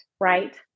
right